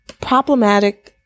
problematic